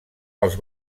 pels